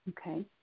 okay